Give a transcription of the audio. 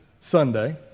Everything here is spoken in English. Sunday